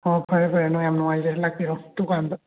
ꯑꯣ ꯐꯔꯦ ꯐꯔꯦ ꯌꯥꯝꯅ ꯅꯨꯡꯉꯥꯏꯖꯔꯦ ꯂꯥꯛꯄꯤꯔꯣ ꯗꯨꯀꯥꯟꯗ